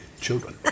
children